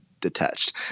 detached